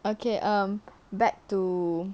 okay um back to